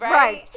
right